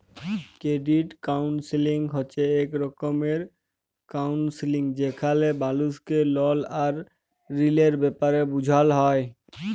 credit counselling হছে ইক রকমের কাউলসেলিংযেখালে মালুসকে লল আর ঋলের ব্যাপারে বুঝাল হ্যয়